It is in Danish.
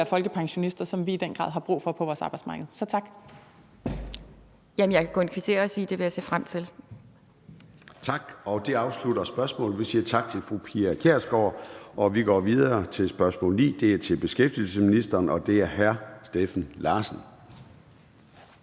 af folkepensionister, som vi i den grad har brug for på vores arbejdsmarked. Så tak. (Pia Kjærsgaard (DF): Jeg kan kun kvittere og sige, at det vil jeg se frem til). Kl. 14:00 Formanden (Søren Gade): Tak, og det afslutter spørgsmålet. Vi siger tak til fru Pia Kjærsgaard. Vi går videre til spørgsmål nr. 9, og det er til beskæftigelsesministeren af hr. Steffen Larsen.